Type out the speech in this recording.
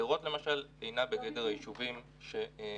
בהתנהלות שלנו כנבחרי ציבור וזה לא מישהו שקורא לנו לביקורת,